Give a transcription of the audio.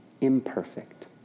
imperfect